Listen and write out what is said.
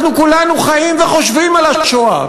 אנחנו כולנו חיים וחושבים על השואה.